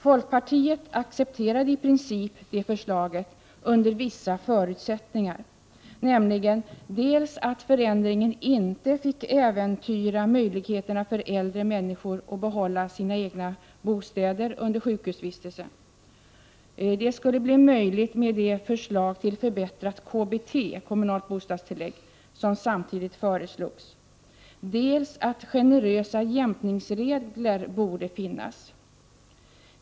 Folkpartiet accepterade i princip det förslaget, nämligen under vissa förusättningar: dels att förändringen inte fick äventyra möjligheterna för äldre människor att behålla sina bostäder under sjukhusvistelsen — det skulle bli möjligt med det förslag till förbättrat KBT, kommunalt bostadstillägg, som samtidigt framlades — dels att generösa jämkningsregler skulle finnas.